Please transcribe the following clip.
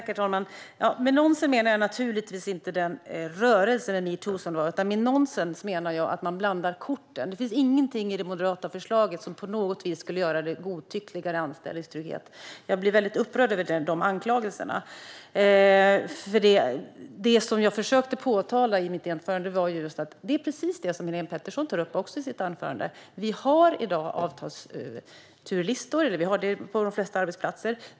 Herr talman! Med nonsens menar jag naturligtvis inte metoo-rörelsen. Med nonsens menade jag att man blandar bort korten. Det finns ingenting i det moderata förslaget som på något vis skulle göra anställningstryggheten mer godtycklig. Jag blev väldigt upprörd över de anklagelserna. Det jag försökte påpeka i mitt anförande var precis det som Helén Pettersson tog upp i sitt anförande. Vi har i dag avtalsturlistor på de flesta arbetsplatser.